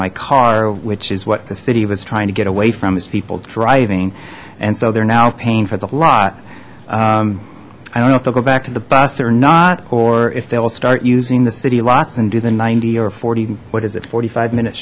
my car which is what the city was trying to get away from as people driving and so they're now paying for the lot i don't know if they'll go back to the bus or not or if they'll start using the city lots and do the ninety or forty foot is at forty five minutes